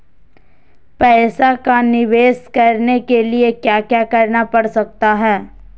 पैसा का निवेस करने के लिए क्या क्या करना पड़ सकता है?